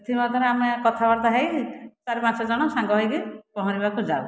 ସେଥିମଧ୍ୟରେ ଆମେ କଥାବାର୍ତ୍ତା ହୋଇ ଚାରି ପାଞ୍ଚଜଣ ସାଙ୍ଗ ହେଇକି ପହଁରିବାକୁ ଯାଉ